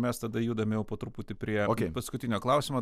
mes tada judam jau po truputį prie paskutinio klausimo